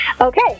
Okay